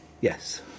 Yes